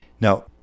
Now